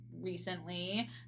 recently